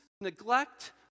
neglect